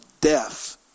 death